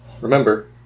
Remember